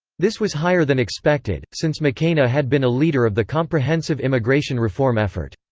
this was higher than expected, since mccain a had been a leader of the comprehensive immigration reform effort.